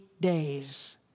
days